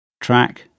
Track